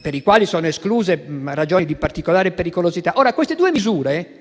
per i quali sono escluse ragioni di particolare pericolosità. Queste due misure